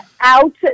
out